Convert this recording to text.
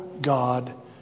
God